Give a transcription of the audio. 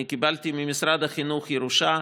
אני קיבלתי ממשרד החינוך ירושה,